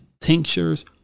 tinctures